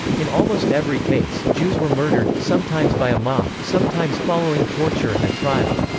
in almost every case, jews were murdered, sometimes by a mob, sometimes following torture and a trial.